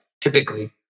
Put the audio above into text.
typically